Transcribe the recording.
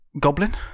goblin